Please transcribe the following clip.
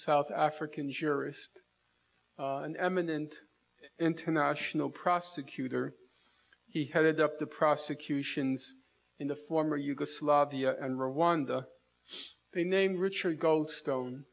south african jurist an eminent international prosecutor he headed up the prosecutions in the former yugoslavia and rwanda they named richard goldstone